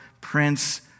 Prince